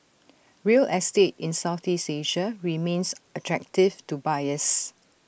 real estate in Southeast Asia remains attractive to buyers